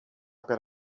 per